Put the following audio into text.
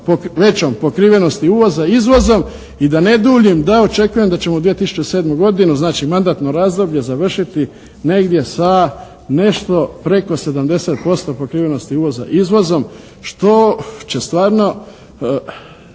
većom pokrivenosti uvoza izvozom. I da ne duljim, da očekujem da ćemo u 2007. godinu, znači mandatno razdoblje završiti negdje sa nešto preko 70% pokrivenosti uvoza izvozom, što će stvarno,